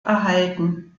erhalten